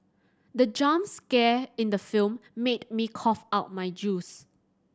the jump scare in the film made me cough out my juice